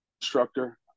instructor